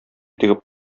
тегеп